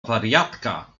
wariatka